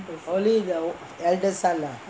only the eldest son ah